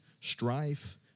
strife